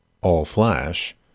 All-Flash